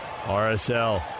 RSL